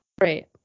Right